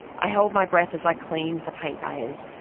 i held my breath as i cleaned the paint layers,